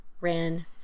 ran